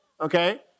okay